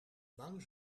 bang